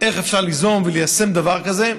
איך אפשר ליזום וליישם דבר כזה,